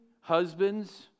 husbands